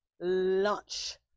lunch